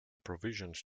provisions